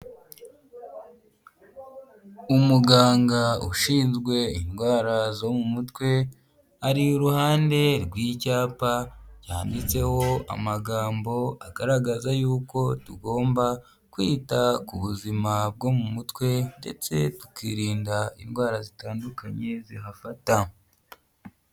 Umuganga ushinzwe indwara zo mu mutwe, ari iruhande rw'icyapa cyanditseho amagambo agaragaza yuko tugomba kwita ku buzima bwo mu mutwe ndetse tukirinda indwara zitandukanye zihafata.